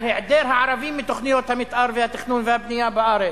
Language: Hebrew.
על היעדר ערבים בתוכניות המיתאר והתכנון והבנייה בארץ,